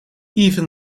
even